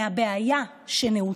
החובה היא ל-5%